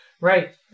Right